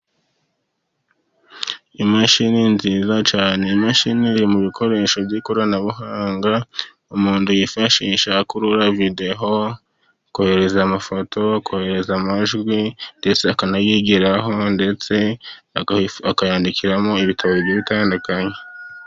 Imashini nziza cyane; imashini iri mu bikoresho by' ikoranabuhanga umuntu yifashisha akurura videwo, kohereza amafoto, kohereza amajwi ndetse akanayigiraho ndetse akayandikiramo ibitabo bigiye bitandukanye.